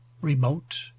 remote